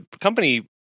company